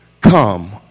come